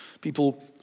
People